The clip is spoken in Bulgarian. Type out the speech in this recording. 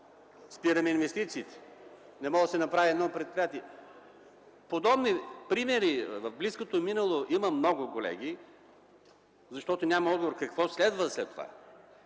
Спираме инвестициите? Не може да се направи едно предприятие. Подобни примери в близкото минало има много колеги, защото няма отговор какво следва след това.